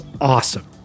awesome